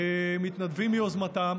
מתנדבים ביוזמתם,